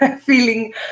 feeling